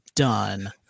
done